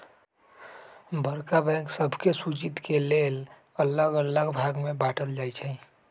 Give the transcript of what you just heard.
बड़का बैंक सभके सुचि के लेल अल्लग अल्लग भाग में बाटल जाइ छइ